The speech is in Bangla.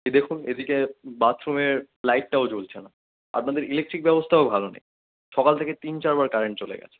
এই দেখুন এদিকে বাথরুমের লাইটটাও জ্বলছে না আপনাদের ইলেকট্রিক ব্যবস্থাও ভালো নেই সকাল থেকে তিন চার বার কারেন্ট চলে গেছে